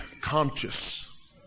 conscious